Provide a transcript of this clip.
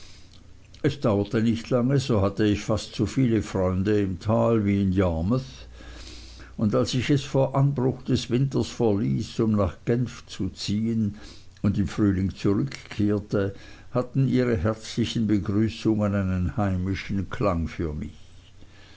es dauerte nicht lange so hatte ich fast so viele freunde im tal wie in yarmouth und als ich es vor anbruch des winters verließ um nach genf zu ziehen und im frühling zurückkehrte hatten ihre herzlichen begrüßungen einen heimischen klang für mich